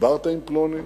דיברת עם פלוני?